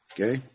Okay